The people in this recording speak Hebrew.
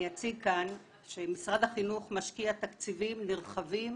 אני אציג כאן שמשרד החינוך משקיע תקציבים נרחבים